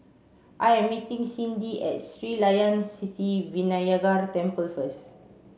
I am meeting Cyndi at Sri Layan Sithi Vinayagar Temple first